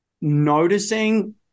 noticing